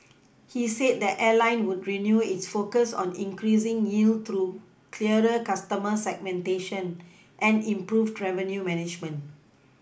he said the airline would renew its focus on increasing yield through clearer customer segmentation and improved revenue management